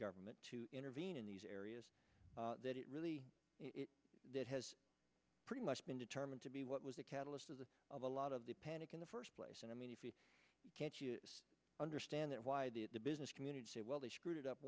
government to intervene in these areas that it really that has pretty much been determined to be what was the catalyst of the of a lot of the panic in the first place and i mean if you can't understand it why did the business community say well they screwed it up